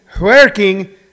working